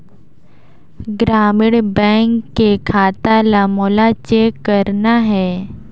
ग्रामीण बैंक के खाता ला मोला चेक करना हे?